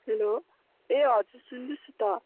hello ए हजुर सुन्दैछु त